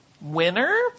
winner